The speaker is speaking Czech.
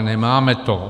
Nemáme to.